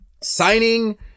Signing